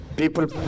People